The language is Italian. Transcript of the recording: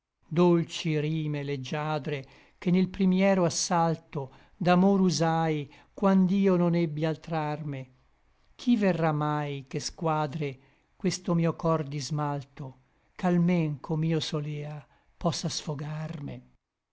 dolci rime leggiadre che nel primiero assalto d'amor usai quand'io non ebbi altr'arme chi verrà mai che squadre questo mio cor di smalto ch'almen com'io solea possa sfogarme